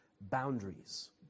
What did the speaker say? boundaries